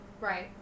Right